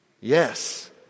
Yes